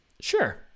sure